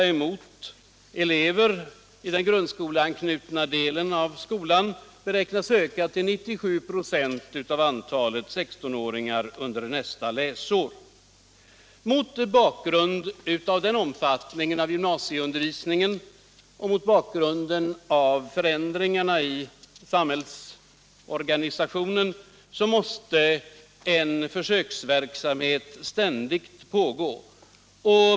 Jag vill understryka detta. Mot bakgrund av den omfattningen av gymnasieundervisningen och mot bakgrund av förändringarna i samhällsorganisationen måste en försöksverksamhet ständigt pågå.